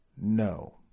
No